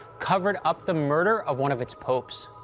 covered up the murder of one of its popes?